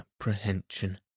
apprehension